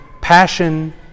passion